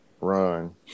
run